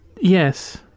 yes